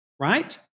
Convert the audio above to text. right